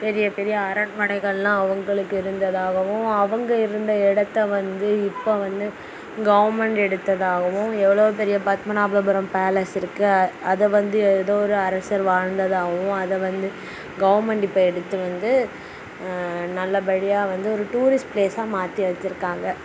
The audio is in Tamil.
பெரிய பெரிய அரண்மனைகள்லாம் அவங்களுக்கு இருந்ததாகவும் அவங்க இருந்த இடத்த வந்து இப்போ வந்து கவர்மெண்ட் எடுத்ததாகவும் எவ்வளோ பெரிய பத்மநாபபுரம் பேலஸ் இருக்க அதை வந்து ஏதோ ஒரு அரசர் வாழ்ந்ததாகவும் அதை வந்து கவர்மெண்ட் இப்போ எடுத்து வந்து நல்லபடியாக வந்து ஒரு டூரிஸ்ட் ப்ளேஸா மாற்றி வச்சிருக்காங்கள்